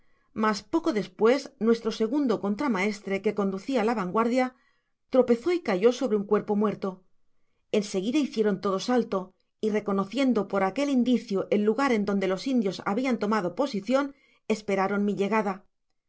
mas poco despues nuestro segundo contramaestre que conducía la vanguardia tropezó y cayó sobre an cuerpo muerto en seguida hicieron todos alto y recono ofendo por aquel indicio el lugar en donde los indios habian tomado posicion esperaron mi llegada